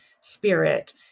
spirit